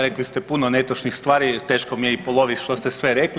Rekli ste puno netočnih stvari, teško mi je i poloviti što ste sve rekli.